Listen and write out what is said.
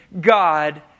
God